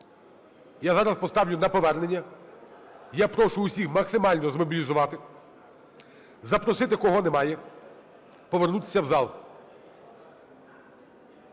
Я зараз поставлю на повернення. Я прошу всіх максимально змобілізуватися, запросити, кого немає, повернутися в зал.